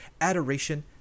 Adoration